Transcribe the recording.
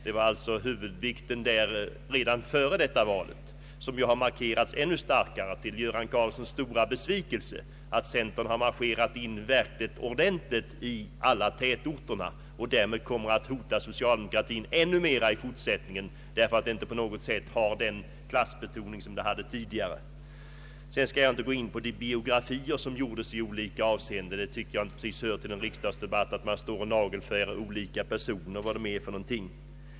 Huvudvikten låg alltså där redan före detta val, och den utvecklingen har nu blivit ännu mer markerad. Till herr Karlssons stora besvikelse har centern marscherat in ordentligt i alla tätorter och kommer därmed att hota socialdemokratin ännu mer i fortsättningen, eftersom vi inte på något sätt har den klassbetoning som funnits tidigare. Jag skall inte gå in på de biografier som herr Göran Karlsson gjorde i olika avseenden. Jag tycker inte att det hör till en riksdagsdebatt att nagelfara olika personer och deras förehavanden.